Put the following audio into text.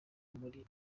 muri